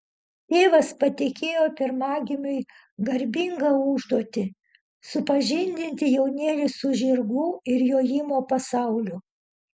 tėvas patikėjo pirmagimiui garbingą užduotį supažindinti jaunėlį su žirgų ir jojimo pasauliu